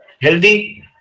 healthy